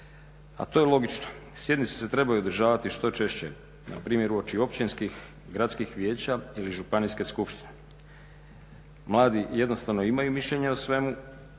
A to je logično, sjednice se trebaju održavati što češće. Na primjer uoči općinskih i gradskih vijeća ili županijske skupštine. Mladi jednostavno imaju mišljenje o svemu